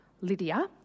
Lydia